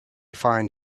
find